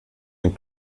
dem